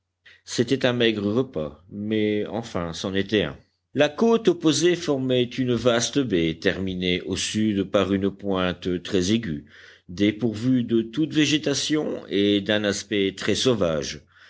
c'était un maigre repas mais enfin c'en était un la côte opposée formait une vaste baie terminée au sud par une pointe très aiguë dépourvue de toute végétation et d'un aspect très sauvage